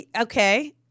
okay